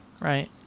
Right